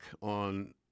on